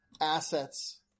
assets